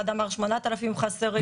אחד אמר "8,000 חסרים".